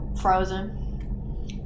frozen